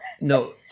No